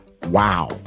wow